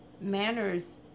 manners